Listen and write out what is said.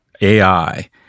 AI